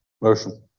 Motion